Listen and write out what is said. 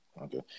Okay